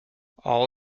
all